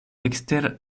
ekster